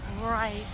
right